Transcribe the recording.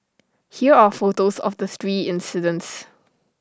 here are photos of the three incidents